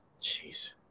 Jeez